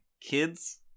kids